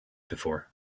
before